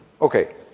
okay